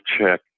check